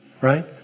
Right